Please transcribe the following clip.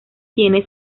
tiene